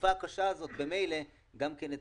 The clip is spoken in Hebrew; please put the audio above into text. בתקופה הקשה הזאת ממילא הם מקבלים גם את